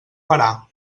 parar